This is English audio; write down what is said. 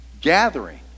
gathering